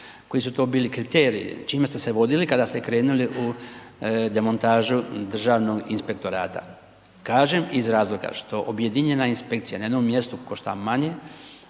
koji su to bili kriteriji, čime ste se vodili kada ste krenuli u demontažu Državnog inspektorata. Kažem, iz razloga što objedinjena inspekcija na jednom mjestu košta manje,